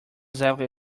exactly